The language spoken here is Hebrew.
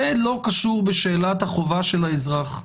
זה לא קשור בשאלת החובה של האזרח.